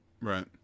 Right